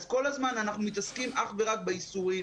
כל הזמן אנחנו מתעסקים אך ורק באיסורים